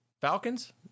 Falcons